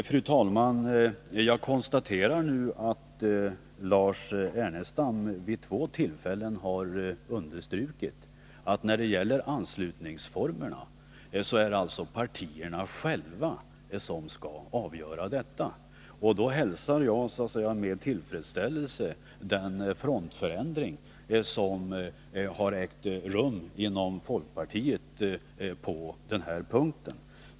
Fru talman! Jag konstaterar nu att Lars Ernestam vid två tillfällen har understrukit att det är partierna själva som skall avgöra anslutningsformerna. Jag hälsar då med tillfredsställelse den frontförändring som har ägt rum inom folkpartiet på denna punkt.